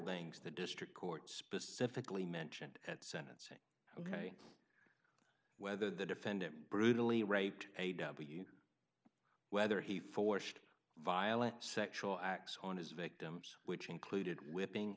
things the district court specifically mentioned at sentencing ok whether the defendant brutally raped a w whether he forced violent sexual acts on his victims which included whipping